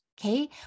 okay